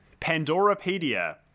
Pandorapedia